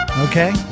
Okay